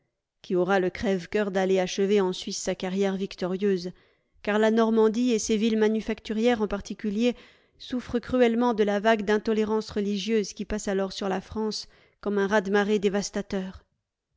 qui aura le crève-cœur d'aller achever en suisse sa carrière victorieuse car la normandie et ses villes manufacturières en particulier souffrent cruellement de la vague d'intolérance religieuse qui passe alors sur la france comme un raz de marée dévastateur